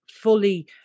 fully